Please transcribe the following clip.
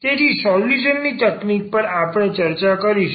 તેથી સોલ્યુશન ની તકનીકો પર આપણે ચર્ચા કરીશું